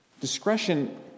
Discretion